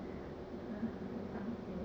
很伤心